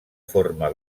forma